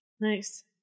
Nice